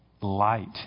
light